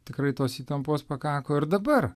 tikrai tos įtampos pakako ir dabar